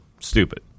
stupid